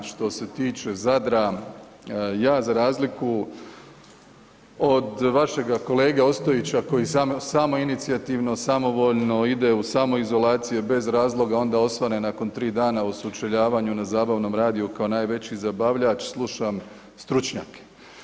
Što se tiče Zadra, ja za razliku od vašega kolege Ostojića koji samoinicijativno, samovoljno ide u samoizolacije bez razloga onda osvane nakon 3 dana u sučeljavanju na zabavnom radiju kao najveći zabavljač, slušam stručnjake.